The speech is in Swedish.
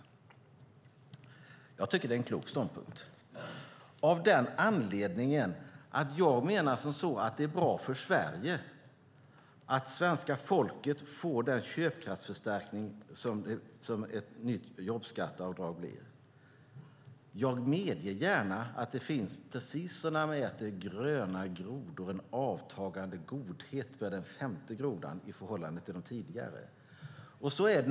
Jag tycker att det är en klok ståndpunkt av den anledningen att jag menar att det är bra för Sverige att svenska folket får den köpkraftsförstärkning som ett nytt jobbskatteavdrag leder till. Jag medger gärna att det är precis som när man äter gröna grodor, att det finns en avtagande godhet för den femte grodan i förhållande till de tidigare.